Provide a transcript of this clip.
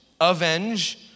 avenge